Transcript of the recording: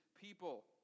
people